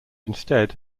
instead